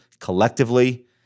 collectively